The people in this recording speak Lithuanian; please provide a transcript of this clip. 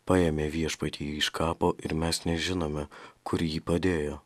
paėmė viešpatį iš kapo ir mes nežinome kur jį padėjo